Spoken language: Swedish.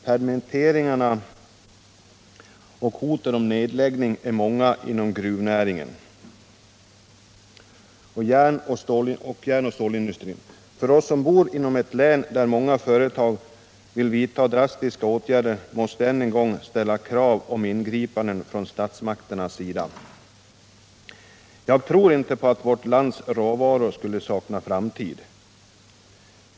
Permitteringarna och hoten om nedläggning är många inom gruvnäringen och järnoch stålindustrin. Från oss som bor inom ett län, där många företag vill vidta drastiska åtgärder, måste än en gång ställas krav om ingripanden från statsmakternas sida. Jag tror inte på att vårt lands råvaror skulle sakna framtid.